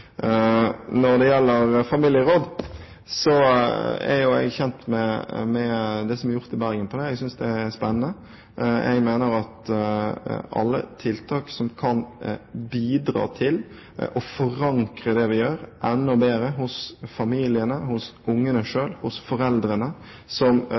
Når det gjelder familieråd, er jeg kjent med det som er gjort i Bergen, og jeg synes det er spennende. Jeg mener at alle tiltak som kan bidra til å forankre det vi gjør, enda bedre – hos familiene, hos ungene selv, hos foreldrene – og som